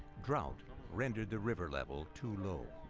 drought rendered the river level too low.